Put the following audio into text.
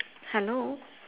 hello